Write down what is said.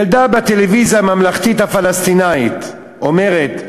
ילדה בטלוויזיה הממלכתית הפלסטינית אומרת: